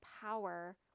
power